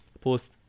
post